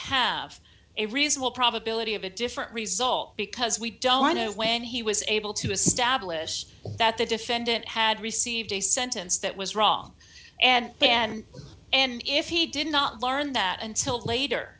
have a reasonable probability of a different result because we don't want to when he was able to establish that the defendant had received a sentence that was wrong and then and if he did not learn that until later